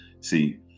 see